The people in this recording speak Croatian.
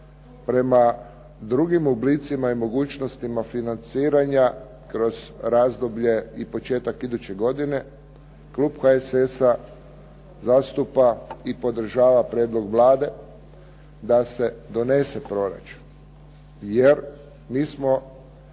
prema drugim oblicima i mogućnostima financiranja kroz razdoblje i početak iduće godine, klub HSS-a zastupa i podržava prijedlog Vlade da se donese proračun, jer mi smo